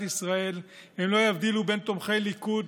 ישראל הן לא יבדילו בין תומכי ליכוד,